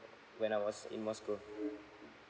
when I was in moscow